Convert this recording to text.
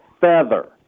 feather